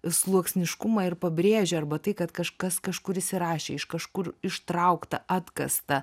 sluoksniškumą ir pabrėžia arba tai kad kažkas kažkur įsirašė iš kažkur ištraukta atkasta